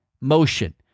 motion